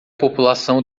população